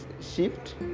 shift